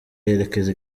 yerekeza